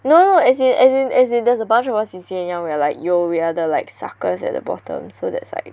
no no no as in as in there's a bunch of us in C_N Yang where we're like yo we're the suckers at the bottom so there's like